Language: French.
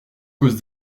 cause